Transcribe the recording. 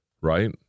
right